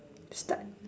start